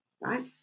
right